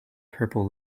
purple